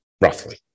roughly